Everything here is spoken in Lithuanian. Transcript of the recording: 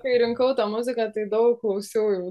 kai rinkau tą muziką tai daug klausiau jau